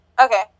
Okay